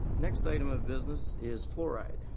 next item of business is fluoride.